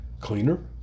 cleaner